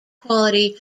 quality